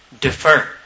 Defer